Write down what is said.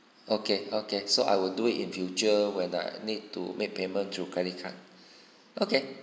okay okay so I will do it in future when I need to make payment through credit card okay